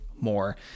more